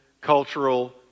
cultural